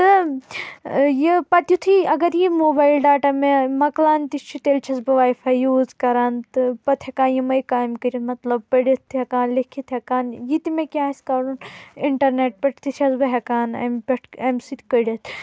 تہِ یہ پتہِ یُتھٕے اگر یہِ موبایل ڈاٹا مےٚ مۄکلان تہِ چھُ تیٚلہِ چھس بہٕ واے فاے یوٗز کران تہِ پتہِ ہیکان یِمی کامہِ کرِتھ مطلب پرِتھ ہیکان لٮ۪کھِتھ ہیکان یہ تہِ مےٚ کینٛہہ آسہِ کرُن اِنٹرنیٹ پیٹھ تہِ چھس بہ ہیکان امہِ پیٹھ امہِ سۭتۍ کڑِتھ